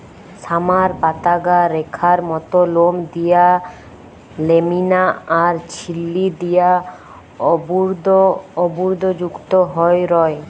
summer পাতাগা রেখার মত লোম দিয়া ল্যামিনা আর ঝিল্লি দিয়া অর্বুদ অর্বুদযুক্ত হই রয়